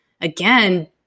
again